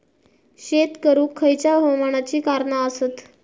शेत करुक खयच्या हवामानाची कारणा आसत?